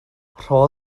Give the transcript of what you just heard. rho